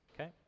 okay